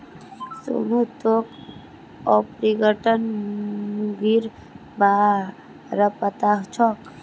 सोनू तोक ऑर्पिंगटन मुर्गीर बा र पता छोक